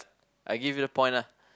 I give you the point lah